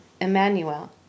Emmanuel